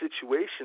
situation